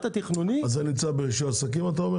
אז אתה אומר שזה נמצא ברישוי העסקים?